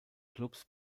clubs